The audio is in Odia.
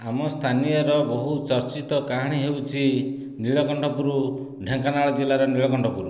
ଆମ ସ୍ଥାନୀୟର ବହୁ ଚର୍ଚ୍ଚିତ କାହାଣୀ ହେଉଛି ନୀଳକଣ୍ଠପୁର ଢେଙ୍କାନାଳ ଜିଲ୍ଲାର ନୀଳକଣ୍ଠପୁର